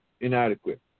inadequate